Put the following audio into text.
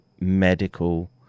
medical